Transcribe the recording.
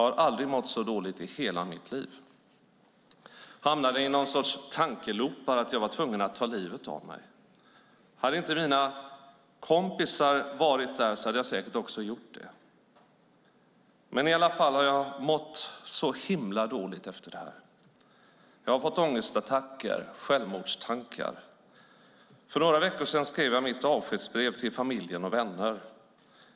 Har aldrig mått så dåligt i hela mitt liv, hamnade i någon sorts tankeloopar att jag var tvungen att ta livet av mig. Hade inte mina "kompisar" varit där så hade jag säkert också gjort det. Men i alla fall har jag mått så himla dåligt efter det här. Jag har fått ångestattacker, självmordstankar. För några veckor sedan skrev jag mitt avskedsbrev till familjen och vänner.